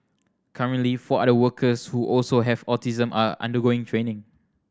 currently four other workers who also have autism are undergoing training